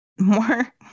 More